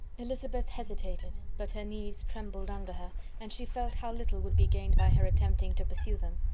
elizabeth hesitated, but her knees trembled under her and she felt how little would be gained by her attempting to pursue them.